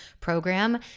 program